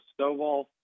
Stovall